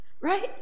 Right